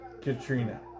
Katrina